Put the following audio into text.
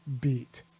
beat